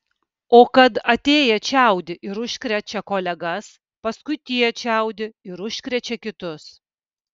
o kad atėję čiaudi ir užkrečia kolegas paskui tie čiaudi ir užkrečia kitus